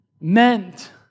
meant